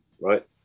right